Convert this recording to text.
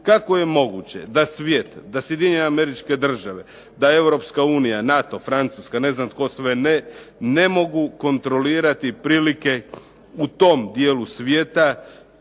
kako je moguće da svijet, da Sjedinjene Američke Države, da Europska unija, NATO, Francuska, ne znam tko sve ne ne mogu kontrolirati prilike u tom dijelu svijeta